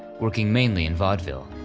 working mainly in vaudeville.